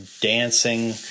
dancing